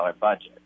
budget